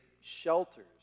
shelters